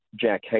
Jack